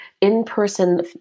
in-person